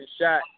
shot